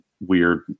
weird